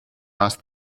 asked